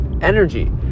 energy